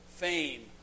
fame